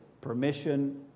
permission